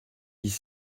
dix